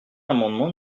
l’amendement